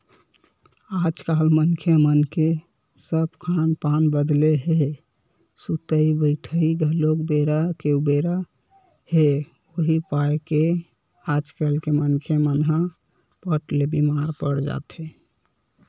आजकल मनखे मन के सब खान पान बदले हे सुतई बइठई घलोक बेरा के उबेरा हे उहीं पाय के आजकल के मनखे मन ह फट ले बीमार पड़ जाथे